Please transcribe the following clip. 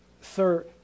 sir